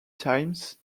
times